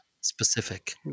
specific